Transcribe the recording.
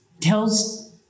tells